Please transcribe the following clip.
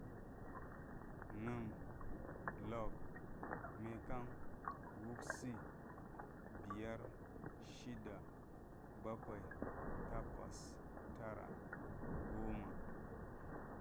Na̱m, lop, mekan, wupsi, biyar, shida, bakwai, takwas, tara, goma